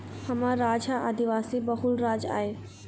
हमर राज ह आदिवासी बहुल राज आय